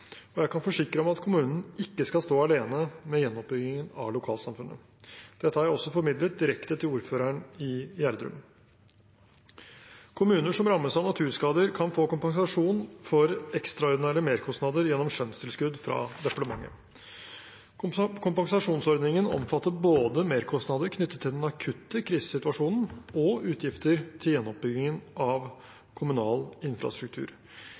og jeg kan forsikre om at kommunen ikke skal stå alene med gjenoppbyggingen av lokalsamfunnet. Dette har jeg også formidlet direkte til ordføreren i Gjerdrum. Kommuner som rammes av naturskader, kan få kompensasjon for ekstraordinære merkostnader gjennom skjønnstilskudd fra departementet. Kompensasjonsordningen omfatter både merkostnader knyttet til den akutte krisesituasjonen og utgifter til gjenoppbyggingen av kommunal infrastruktur.